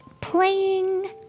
playing